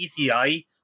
ECI